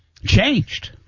Changed